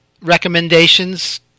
recommendations